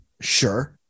Sure